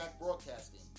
Broadcasting